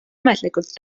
ametlikult